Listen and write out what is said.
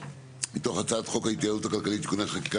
מתוך הצעת חוק ההתייעלות הכלכלית (תיקוני חקיקה